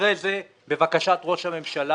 אחרי זה בבקשת ראש הממשלה,